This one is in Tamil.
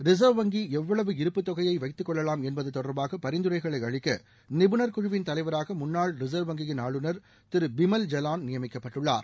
ரின்வ் வங்கி எவ்வளவு இருப்பு தொகையை வைத்துக் கொள்ளலாம் என்பது தொடர்பாக பரிந்துரைகளை அளிக்க நிபுணா் குழுவின் தலைவராக முன்னாள் ரிசா்வ் வங்கியின் ஆளுநா் திரு பிமல் ஜலான் நியமிக்கப்பட்டுள்ளார்